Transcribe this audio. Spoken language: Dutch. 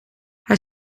hij